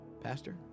Pastor